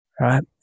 right